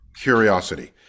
curiosity